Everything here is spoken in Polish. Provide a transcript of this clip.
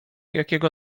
jakiego